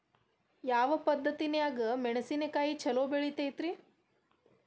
ಯಾವ ಪದ್ಧತಿನ್ಯಾಗ ಮೆಣಿಸಿನಕಾಯಿ ಛಲೋ ಬೆಳಿತೈತ್ರೇ?